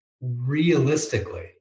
realistically